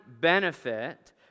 benefit